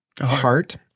heart